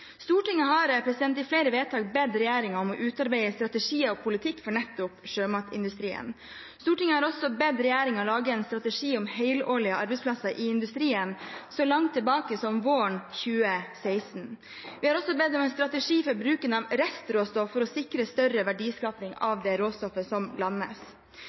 Stortinget har i flere vedtak bedt regjeringen om å utarbeide strategi og politikk for nettopp sjømatindustrien. Stortinget har også bedt regjeringen lage en strategi om helårlige arbeidsplasser i industrien, så langt tilbake som våren 2016. Vi har også bedt om en strategi for bruken av restråstoff for å sikre større verdiskaping av det råstoffet som landes.